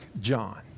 John